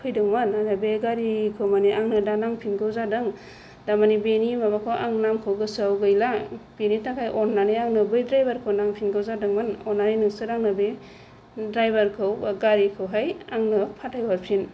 फैदोंमोन आमफ्राय बे गारिखौ माने आंनो दा नांफिनगौ जादों थारमाने बेनि माबाखौ आं नामखौ गोसोआव गैला बिनि थाखाय अननानै आंनो बै द्रायबारखौ नांफिनगौ जादोंमोन अननानै नोंसोर आंनो बे द्रायबारखौ बा गारिखौहाय आंनो फाथाय हरफिन